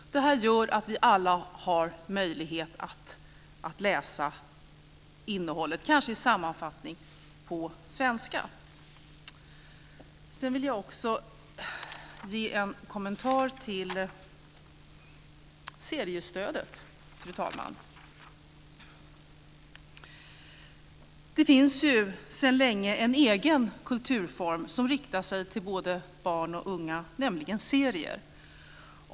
Detta skulle göra att vi alla fick möjlighet att läsa innehållet, kanske i sammanfattning, på svenska. Fru talman! Jag vill också ge en kommentar till seriestödet. Det finns sedan länge en egen kulturform som riktar sig till både barn och unga, nämligen serier.